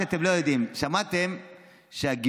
מרב מיכאלי אמרה: לא תקום.